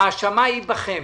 ההאשמה היא בכם.